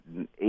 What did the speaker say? eight